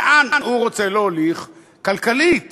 לאן הוא רוצה להוליך כלכלית